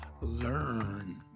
learn